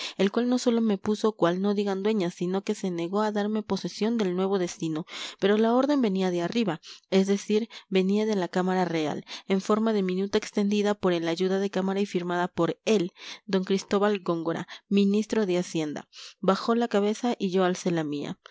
el cual no sólo me puso cual no digan dueñas sino que se negó a darme posesión del nuevo destino pero la orden venía de arriba es decir venía de la cámara real en forma de minuta extendida por el ayuda de cámara y firmada por él don cristóbal góngora ministro de hacienda bajó la cabeza y yo alcé la mía